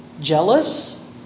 jealous